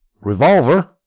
revolver